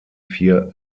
vier